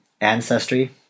ancestry